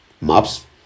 maps